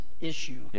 issue